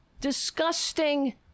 disgusting